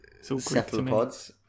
cephalopods